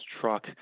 truck